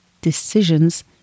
decisions